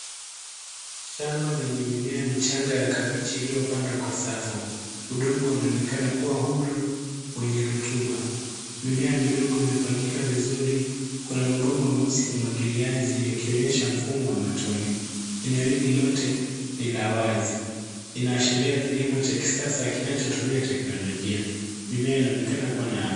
Shamba lenye mimea michanga ya kabichi iliyopandwa kwa safu. Udongo unaonekana kuwa huru wenye rutuba. Mimea midogo imepangika vizuri, kuna mabomba meusi ya umwagiliaji yakionyesha mfumo wa matone. Eneo hili lote ni la wazi. Inaashiria kilimo cha kisasa kinachotumia teknolojia. Mimea inaonekana kuwa na afya.